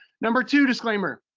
number two disclaimer,